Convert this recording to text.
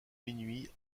minuit